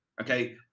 okay